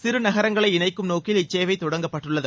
சிறு நகரங்களை இணைக்கும் நோக்கில் இச்சேவை தொடங்கப்பட்டுள்ளது